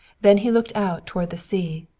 then he looked out toward the sea,